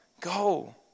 go